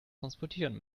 transportieren